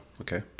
okay